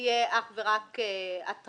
שתהיה אך ורק התראה.